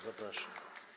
Zapraszam.